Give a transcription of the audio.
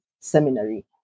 seminary